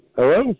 Hello